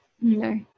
no